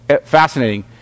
fascinating